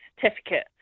certificate